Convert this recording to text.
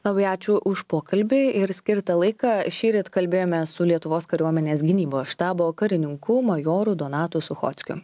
labai ačiū už pokalbį ir skirtą laiką šįryt kalbėjome su lietuvos kariuomenės gynybos štabo karininku majoru donatu suchockiu